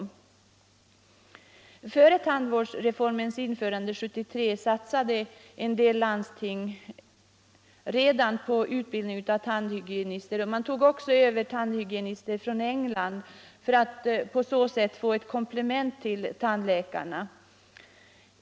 Redan före tandvårdsreformens införande 1973 satsade en del landsting på utbildning av tandhygienister. De tog också över tandhygienister från England för att på så sätt få ett komplement till tandläkarna.